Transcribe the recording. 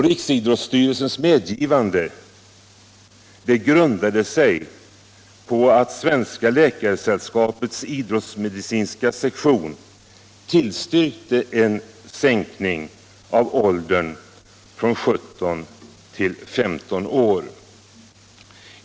Riksidrottsstyrelsens medgivande grundade sig på att Svenska läkaresällskapets idrottsmedicinska sektion tillstyrkte en sänkning av åldern från 17 till 15 år.